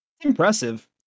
Impressive